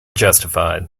justified